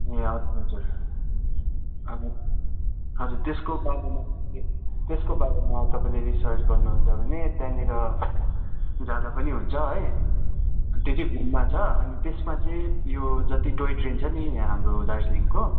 ए हजुर हजुर हजुर हजुर त्यसको बारेमा तपाईँले त्यसको बारेमा तपाईँले रिसर्च गर्नुहुन्छ भने त्यहाँनिर जाँदा पनि हुन्छ है त्यो चाहिँ घुममा छ अनि त्यसमा चाहिँ यो जति टोई ट्रेन छ नि यहाँ हाम्रो दार्जिलिङको